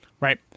Right